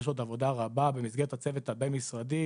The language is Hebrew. יש עוד עבודה רבה במסגרת הצוות הבין-משרדי.